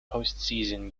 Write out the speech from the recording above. postseason